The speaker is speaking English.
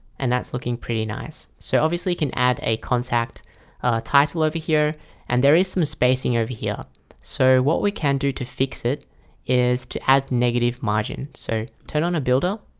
and that's looking pretty nice. so obviously can add a contact title over here and there is some spacing over here so what we can do to fix it is to add negative margin. so turn on a builder